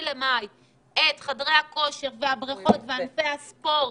את חדרי הכושר והבריכות וענפי ספורט,